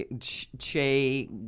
Che